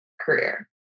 career